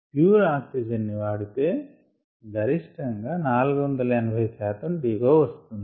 pure oxygen ని వాడితే గరిష్టము గా 480 శాతం DO వస్తుంది